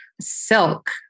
silk